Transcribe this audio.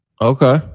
Okay